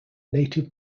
native